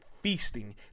feasting